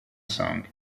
song